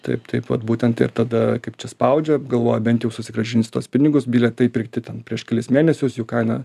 taip taip vat būtent ir tada kaip čia spaudžia galvoja bent jau susigrąžins tuos pinigus bilietai pirkti ten prieš kelis mėnesius jų kaina